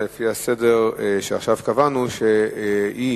אלא לפי הסדר שקבענו עכשיו,